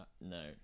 No